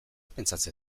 pentsatzen